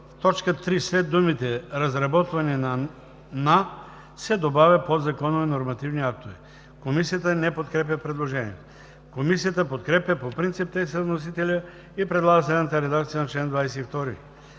в т. 3 след думите „разработване на“ се добавя подзаконови нормативни актове,“.“ Комисията не подкрепя предложението. Комисията подкрепя по принцип текста на вносителя и предлага следната редакция на чл. 22: